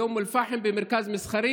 באום אל-פחם במרכז מסחרי.